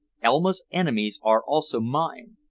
elma's enemies are also mine.